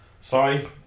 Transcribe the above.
Sorry